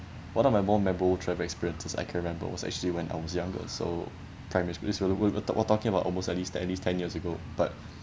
one of my more memorable travel experiences I can remember was actually when I was younger so primary school so we'll we're talk talking about almost at least at least ten years ago but